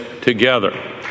together